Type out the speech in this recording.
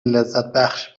لذتبخش